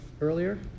earlier